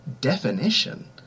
definition